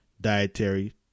dietary